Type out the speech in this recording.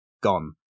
gone